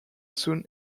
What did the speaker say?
soon